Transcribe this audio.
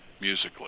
musically